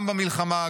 גם במלחמה,